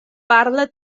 parla